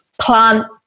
plant